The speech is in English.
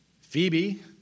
Phoebe